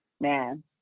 man